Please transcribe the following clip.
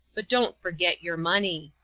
but don't forget your money.